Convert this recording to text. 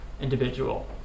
individual